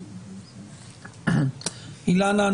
אילנה,